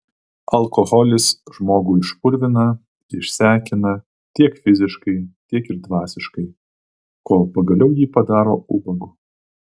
alkoholis žmogų išpurvina išsekina tiek fiziškai tiek ir dvasiškai kol pagaliau jį padaro ubagu